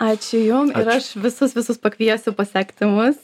ačiū jum aš visus visus pakviesiu pasekti mus